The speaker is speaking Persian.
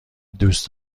دوست